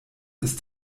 ist